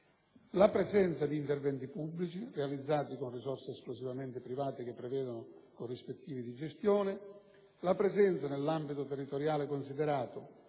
presenza di interventi pubblici, realizzati con risorse esclusivamente private, che prevedono corrispettivi di gestione; presenza, nell'ambito territoriale considerato,